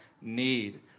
need